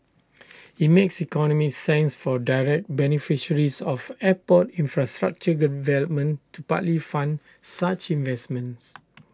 IT makes economic sense for direct beneficiaries of airport infrastructure development to partly fund such investments